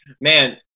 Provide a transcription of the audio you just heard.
Man –